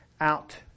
out